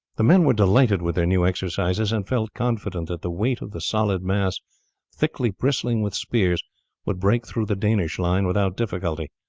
the men were delighted with their new exercises, and felt confident that the weight of the solid mass thickly bristling with spears would break through the danish line without difficulty,